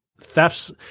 thefts